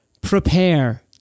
prepare